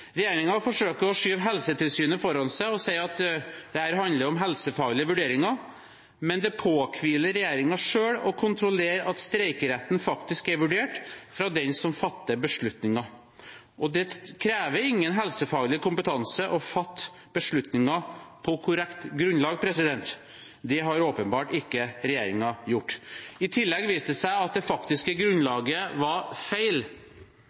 forsøker å skyve Helsetilsynet foran seg og sier at dette handler om helsefaglige vurderinger, men det påhviler regjeringen selv å kontrollere at streikeretten faktisk er vurdert av den som fatter beslutningen. Det krever ingen helsefaglig kompetanse å fatte beslutninger på korrekt grunnlag. Det har åpenbart ikke regjeringen gjort. I tillegg viste det seg at det faktiske grunnlaget var feil.